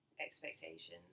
expectation